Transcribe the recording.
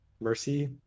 Mercy